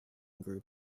group